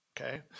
Okay